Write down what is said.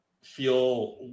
feel